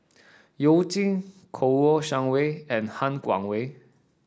You Jin Kouo Shang Wei and Han Guangwei